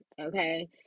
okay